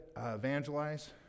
evangelize